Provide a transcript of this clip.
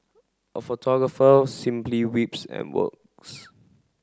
a photographer simply weeps and works